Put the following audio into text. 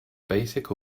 basic